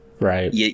Right